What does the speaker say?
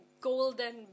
golden